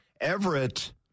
Everett